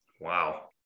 Wow